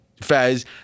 Fez